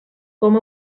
com